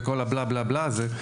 וכל הבלה-בלה-בלה הזה,